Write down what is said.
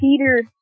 Peter